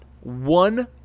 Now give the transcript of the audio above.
one